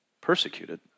persecuted